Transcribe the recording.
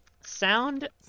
Sound